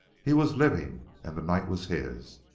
he was living, and the night was his.